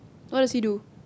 what does he do